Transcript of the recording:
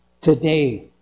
today